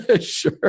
Sure